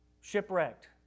shipwrecked